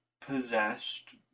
possessed